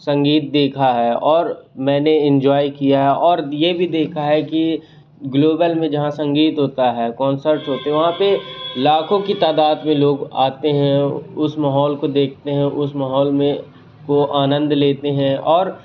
संगीत देखा है और मैंने इंजॉय किया है और यह भी देखा है कि ग्लोबल में जहाँ संगीत होता है कॉन्सर्ट्स होते हैं वहाँ पर लाखों की तादात में लोग आते हैं उस माहौल को देखते हैं उस माहौल में वे आनंद लेते हैं और